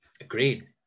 Agreed